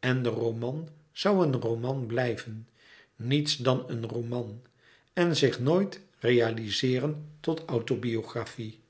en de roman zoû een roman blijven niets dan een roman en zich nooit realizeeren tot autobiografie